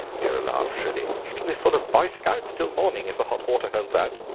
vera laughed shrilly. it'll be full of boy scouts till morning if the hot water holds out.